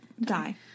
die